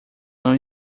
não